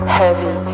heavy